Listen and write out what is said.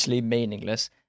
meaningless